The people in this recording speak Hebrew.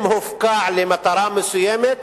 אם הופקע למטרה מסוימת